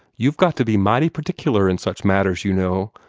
you've got to be mighty particular in such matters, you know,